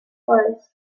was